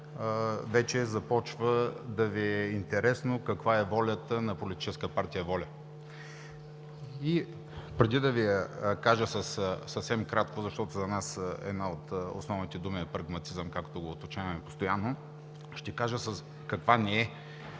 вече започва да Ви е интересно каква е волята на Политическа партия „Воля“. Преди да Ви я кажа съвсем накратко, защото за нас една от основните думи е прагматизъм, както го уточняваме постоянно, ще кажа каква не